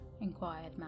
inquired